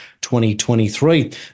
2023